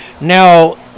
now